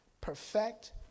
perfect